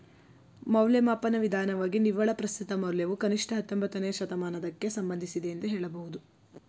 ಮೌಲ್ಯಮಾಪನ ವಿಧಾನವಾಗಿ ನಿವ್ವಳ ಪ್ರಸ್ತುತ ಮೌಲ್ಯವು ಕನಿಷ್ಠ ಹತ್ತೊಂಬತ್ತನೇ ಶತಮಾನದಕ್ಕೆ ಸಂಬಂಧಿಸಿದೆ ಎಂದು ಹೇಳಬಹುದು